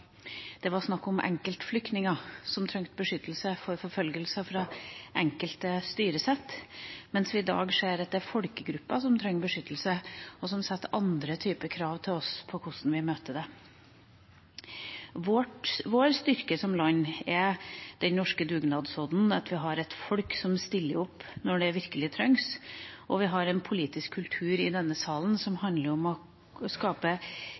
det var snakk om enkeltflyktninger som trengte beskyttelse fra forfølgelse fra enkeltregimer, mens vi i dag ser at det er folkegrupper som trenger beskyttelse, og som setter andre typer krav til oss for hvordan vi møter det. Vår styrke som land er den norske dugnadsånden, at vi har et folk som stiller opp når det virkelig trengs. Og vi har en politisk kultur i denne salen som handler om å skape